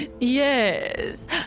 Yes